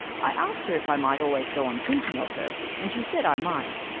i asked her if i might always go on thinking of her, and she said i might.